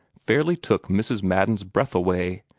fairly took mrs. madden's breath away.